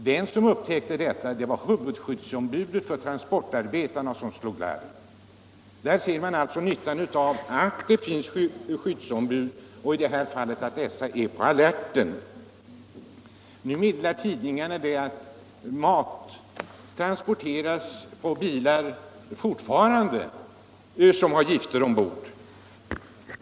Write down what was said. Den som upptäckte detta var huvudskyddsombudet för transportarbetarna, och han slog larm. Där sér man nyttan av att det finns skyddsombud och att de är på alerten. Nu meddelar tidningarna att mat fortfarande transporteras på bilar som också har gifter ombord.